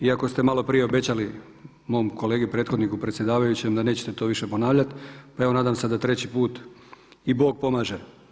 Iako ste maloprije obećali mom kolegi prethodniku predsjedavajućem da nećete to više ponavljati pa evo nadam se da treći put i Bog pomaže.